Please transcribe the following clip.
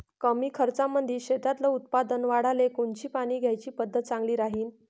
कमी खर्चामंदी शेतातलं उत्पादन वाढाले कोनची पानी द्याची पद्धत चांगली राहीन?